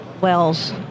wells